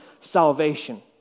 salvation